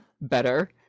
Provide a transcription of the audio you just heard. better